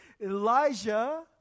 Elijah